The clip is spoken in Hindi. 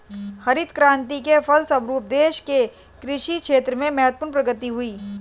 हरित क्रान्ति के फलस्व रूप देश के कृषि क्षेत्र में महत्वपूर्ण प्रगति हुई